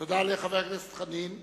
תודה לחבר הכנסת חנין.